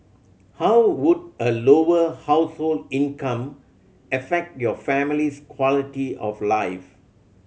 how would a lower household income affect your family's quality of life